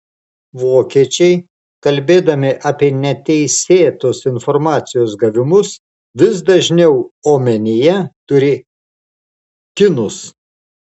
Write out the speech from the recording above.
vokiečiai kalbėdami apie neteisėtus informacijos gavimus vis dažniau omenyje turi kinus